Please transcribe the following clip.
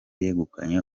yegukanye